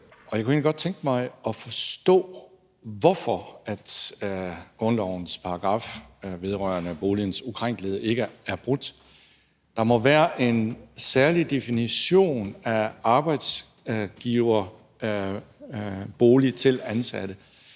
Jeg kunne egentlig godt tænke mig at forstå, hvorfor grundlovens paragraf vedrørende boligens ukrænkelighed ikke er brudt. Der må være en særlig definition af arbejdsgiverbolig til ansatte.